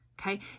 okay